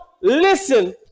listen